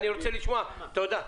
תודה.